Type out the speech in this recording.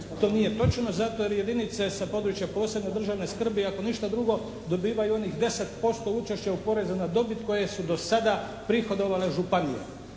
To nije točno zato jer jedinice sa područja posebne državne skrbi ako ništa drugo dobivaju onih 10% učešća poreza na dobit koje su do sada prihodovale županije.